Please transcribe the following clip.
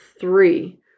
three